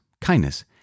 kindness